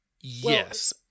yes